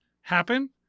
happen